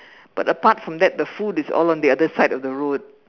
but apart from that the food is all on the other side of the road